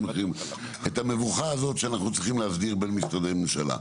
את המבוכה הזאת שאנחנו צריכים להסדיר בין משרדי ממשלה.